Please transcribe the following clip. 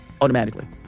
automatically